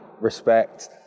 respect